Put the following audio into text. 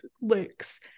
looks